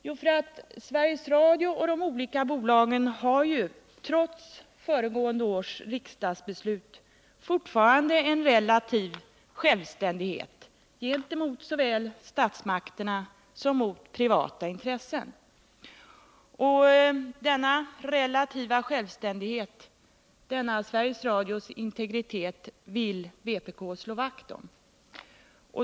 Jo, Sveriges Radio och de olika bolagen har trots föregående års riksdagsbeslut fortfarande en relativ självständighet gentemot såväl statsmakterna som privata intressen. Denna relativa självständighet, denna Sveriges Radios integritet, vill vpk slå vakt om.